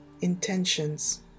intentions